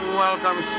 welcome